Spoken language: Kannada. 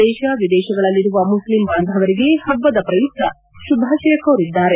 ದೇಶ ವಿದೇಶಗಳಲ್ಲಿರುವ ಮುಸ್ಲಿಂ ಬಾಂಧವರಿಗೆ ಹಬ್ಬದ ಪ್ರಯುಕ್ತ ಶುಭಾಶಯ ಕೋರಿದ್ದಾರೆ